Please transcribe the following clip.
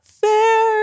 fair